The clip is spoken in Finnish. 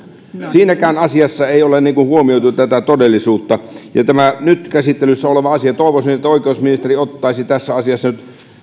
siinäkään asiassa ei ole huomioitu tätä todellisuutta tässä nyt käsittelyssä olevassa asiassa toivoisin että oikeusministeri ottaisi nyt